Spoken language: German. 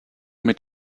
mit